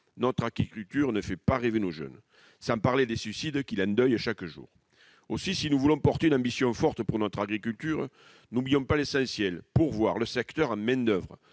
Notre agriculture ne fait pas rêver nos jeunes, sans parler des suicides qui l'endeuillent chaque jour. Aussi, si nous voulons porter une ambition forte pour notre agriculture, n'oublions pas l'essentiel : pourvoir le secteur en main-d'oeuvre.